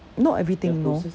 not everything you know